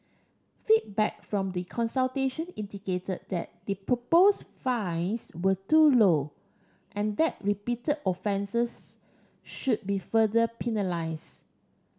feedback from the consultation indicated that the propose fines were too low and that repeated offences should be further penalise